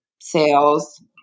sales